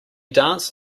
danced